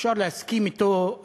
אפשר להסכים אתו,